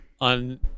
on